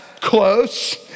close